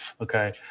okay